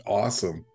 awesome